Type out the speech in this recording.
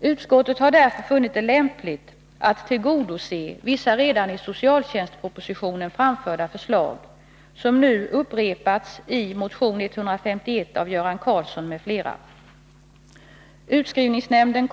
Utskottet har därför funnit det lämpligt att tillgodose vissa redan i socialtjänstpropositionen framförda förslag som nu upprepats i motion 151 av Göran Karlsson m.fl. Utskottet föreslår således att utskrivningshämnden